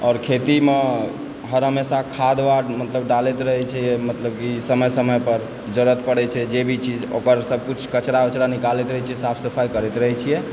आओर खेतीमे हर हमेशा खाद वाद मतलब की डालैत रहै छी मतलब कि समय समयपर जरुरति पड़ै छै जे भी चीज ओकर सब किछु कचड़ा वचड़ा निकालैत रहै छियै साफ सफाइ करैत रहै छियै